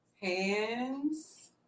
Hands